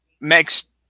next